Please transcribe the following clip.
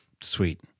Sweet